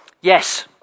Yes